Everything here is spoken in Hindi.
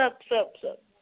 सब सब सब